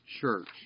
church